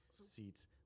seats